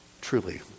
Truly